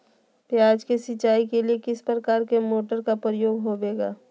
प्याज के सिंचाई के लिए किस प्रकार के मोटर का प्रयोग होवेला?